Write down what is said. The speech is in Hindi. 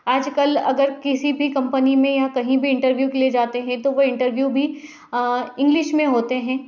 आज कल अगर किसी भी कंपनी में या कहीं भी इंटरव्यू के लिए जाते हैं तो वो इंटरव्यू भी इंग्लिश में होते हैं